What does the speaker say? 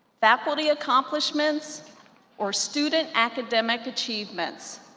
faculty accomplishments or student academic achievements,